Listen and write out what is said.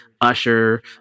usher